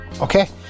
Okay